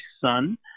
Son